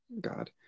God